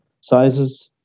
sizes